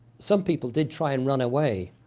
some people did try and run away,